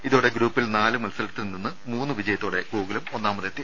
ഇതോടെ ഗ്രൂപ്പിൽ നാല് മത്സരത്തിൽനിന്ന് മൂന്ന് വിജയത്തോടെ ഗോകുലം ഒന്നാമതെത്തി